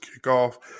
kickoff